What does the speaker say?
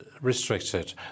restricted